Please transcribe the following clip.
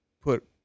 put